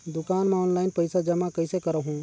दुकान म ऑनलाइन पइसा जमा कइसे करहु?